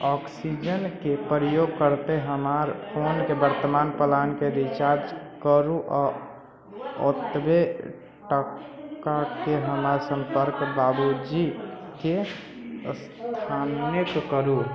ऑक्सीजनके प्रयोग करते हमार फोनके वर्तमान प्लानके रिचार्ज करू आ ओतबे टकाके हमरा सम्पर्क बाबूजीके स्थानांतरित करू